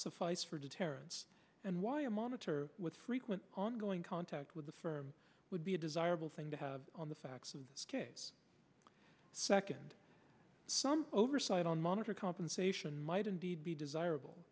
suffice for deterrence and why a monitor with frequent ongoing contact with the firm would be a desirable thing to have on the facts and second some oversight on monetary compensation might indeed be desirable